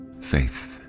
faith